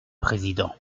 président